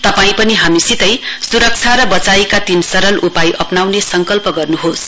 तपाईं पनि हामीसितै सुरक्षा र बचाईका तीन सरल उपाय अपनाउने संकल्प गर्नुहोस्